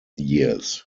years